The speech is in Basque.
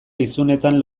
lizunetan